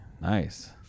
Nice